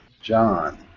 John